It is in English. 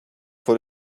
for